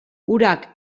urak